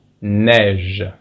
neige